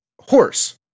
Horse